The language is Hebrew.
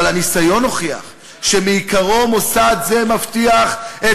אבל הניסיון הוכיח שמעיקרו מוסד זה מבטיח את